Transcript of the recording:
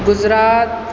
Gujarat